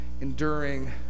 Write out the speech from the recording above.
enduring